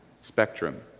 spectrum